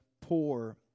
poor